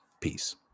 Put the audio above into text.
Peace